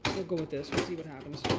we'll go with this. we'll see what happens.